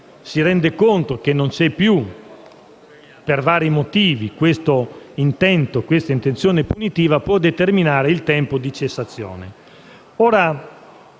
si rende conto che non c'è più, per vari motivi, l'intenzione punitiva, può determinare il tempo di cessazione.